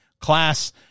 class